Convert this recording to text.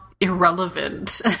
irrelevant